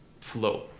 flow